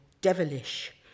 devilish